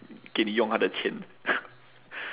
给你用他的钱